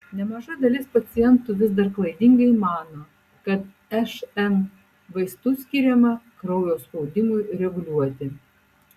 nemaža dalis pacientų vis dar klaidingai mano kad šn vaistų skiriama kraujo spaudimui reguliuoti